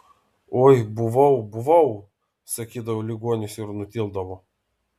oi buvau buvau sakydavo ligonis ir nutildavo